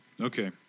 Okay